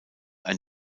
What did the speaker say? ein